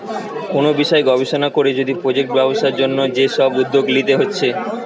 কুনু বিষয় গবেষণা কোরে যদি প্রজেক্ট ব্যবসার জন্যে যে সব উদ্যোগ লিতে হচ্ছে